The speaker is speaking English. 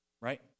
right